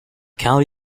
county